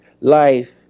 life